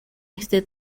este